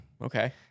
Okay